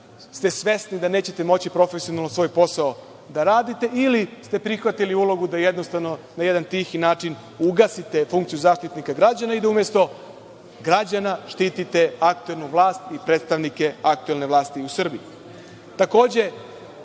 ste svesni da nećete moći profesionalno svoj posao da radite ili ste prihvatili ulogu da jednostavno na jedan tihi način ugasite funkciju Zaštitnika građana i da umesto građana štitite aktuelnu vlast i predstavnike aktuelne vlasti u Srbiji. Takođe,